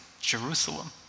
Jerusalem